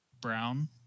brown